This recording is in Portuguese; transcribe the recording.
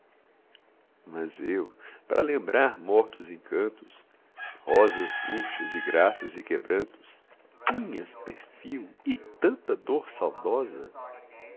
mas eu para lembrar mortos encantos rosas murchas de graças e quebrantos linhas perfil e tanta dor saudosa